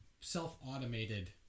self-automated